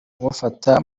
kumufata